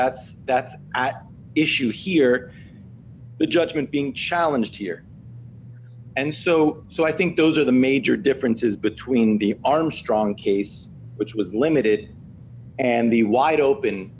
that's that at issue here the judgement being challenged here and so so i think those are the major differences between the armstrong case which was limited and the wide open